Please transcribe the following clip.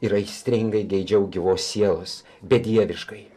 ir aistringai geidžiau gyvos sielos bedieviškai